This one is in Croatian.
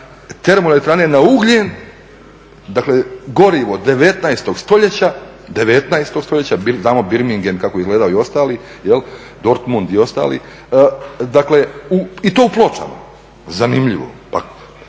termoelektrane na ugljen, dakle gorivo 19. stoljeća, 19. stoljeća, znamo Birmingham kako je izgledao i ostali, Dortmund i ostali, dakle i to u Pločama. Zanimljivo, ili